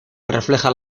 refleja